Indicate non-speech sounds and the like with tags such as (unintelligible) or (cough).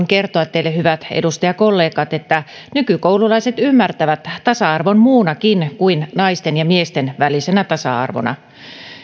(unintelligible) kertoa teille hyvät edustajakollegat että nykykoululaiset ymmärtävät tasa arvon muunakin kuin naisten ja miesten välisenä tasa arvona